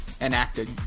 enacted